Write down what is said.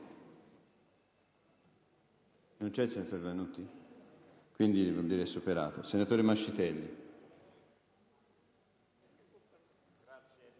Senatore Mascitelli,